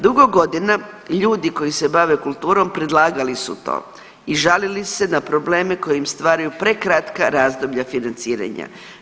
Dugo godina ljudi koji se bave kulturom predlagali su to i žalili se na probleme koje im stvaraju prekratka razdoblja financiranja.